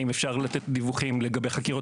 האם אפשר לתת דיווחים לגבי חקירות